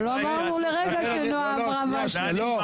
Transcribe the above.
לא אמרנו לרגע שנועה אמרה משהו שהיא שיקרה.